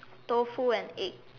tofu and egg